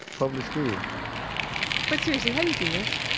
public school but, seriously, how do you do this?